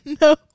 No